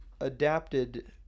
adapted